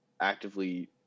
actively